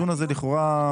לכאורה,